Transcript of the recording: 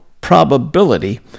probability